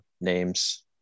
names